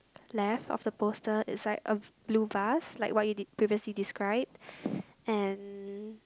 left of the poster is like a blue vase like what you did previously described and